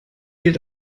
gilt